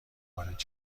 وارد